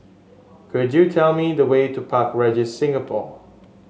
could you tell me the way to Park Regis Singapore